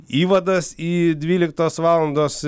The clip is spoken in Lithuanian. įvadas į dvyliktos valandos